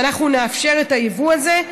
אנחנו נאפשר את היבוא הזה,